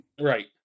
Right